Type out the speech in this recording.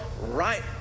right